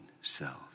self